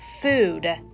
Food